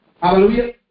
Hallelujah